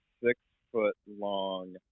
six-foot-long